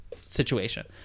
situation